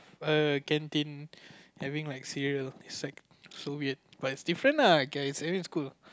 err canteen having like cereal like it's like so weird but it's different lah ya it's every school